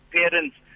parents